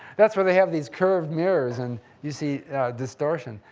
that's where they have these curved mirrors and you see distortion,